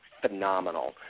phenomenal